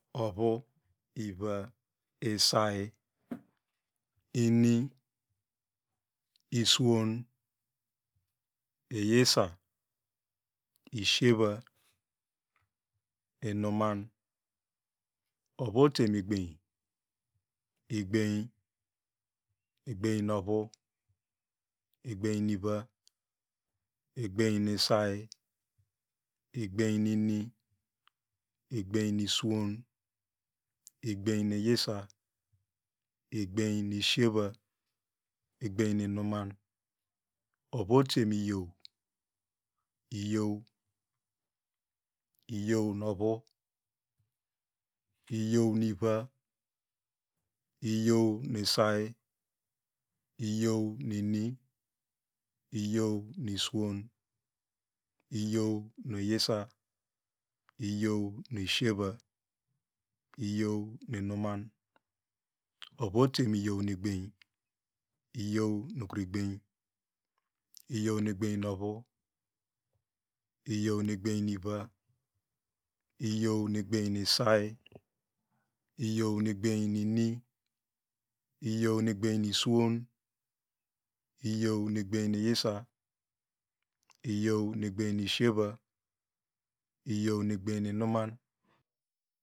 Ovu iva isai ini iswon iyisa isheva inuman ovu ote mu igbem igbem egbem nu ovu egbem nu iva egbem nu iswon egbem nu iyisa egbem nu isheva egbem nu inuman ovu ote iyow iyow iyow nu ovu iyow nu iva iyow nu isai iyow nu ini iyow nu iswon iyow nu iyisa iyow nu isheva iyow nu inuman ovu ote mu iyow nu igbem iyow nukru igbem iyow nu egbem nu ovu iyow nu egbem nu iva iyow nu egbem nu isai iyow egbem nu ini iyow egbem nu iswon iyow nu egbem nu iyisa iyow nu egbem nu isheva iyow nu egbem nu inuman